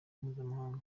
mpuzamahanga